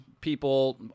people